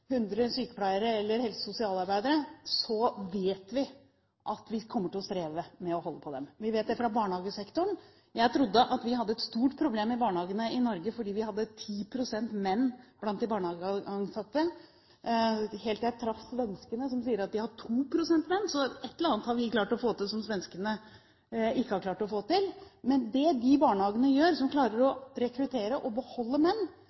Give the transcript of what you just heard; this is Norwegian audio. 100 sykepleiere eller helse- og sosialarbeidere – vet vi at vi kommer til å streve med å holde på dem. Vi vet det fra barnehagesektoren. Jeg trodde at vi hadde et stort problem i barnehagene i Norge fordi vi har 10 pst. menn blant de barnehageansatte, helt til jeg traff svenskene, som sier at de har 2 pst. menn. Så ett eller annet har vi klart å få til som svenskene ikke har klart å få til. Det de barnehagene gjør som klarer å rekruttere og beholde menn,